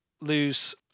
lose